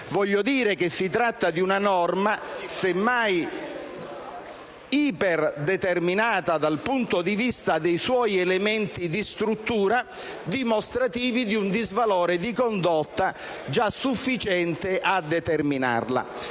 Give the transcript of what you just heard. condotta. Si tratta dunque di una norma semmai iperdeterminata dal punto di vista dei suoi elementi di struttura, dimostrativi di un disvalore di condotta, già sufficiente a determinarla.